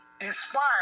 inspired